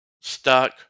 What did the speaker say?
stuck